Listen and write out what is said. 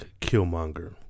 Killmonger